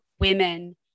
women